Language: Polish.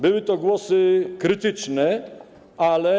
Były to głosy krytyczne, ale.